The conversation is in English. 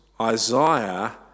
Isaiah